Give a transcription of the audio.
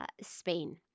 spain